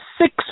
six